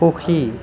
সুখী